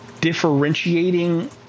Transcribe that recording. differentiating